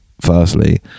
firstly